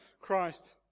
Christ